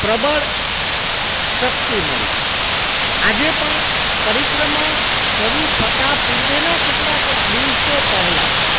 પ્રબળ શક્તિ મળી આજે પણ પરિક્રમા શરૂ થતાં પૂર્વેના કેટલાક દિવસો પહેલાં